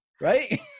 right